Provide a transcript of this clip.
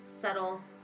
Subtle